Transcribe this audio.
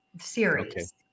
series